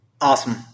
Awesome